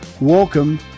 welcome